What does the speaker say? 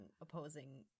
opposing